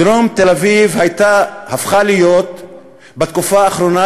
דרום תל-אביב הפכה להיות בתקופה האחרונה